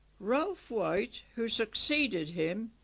ralph white, who succeeded him,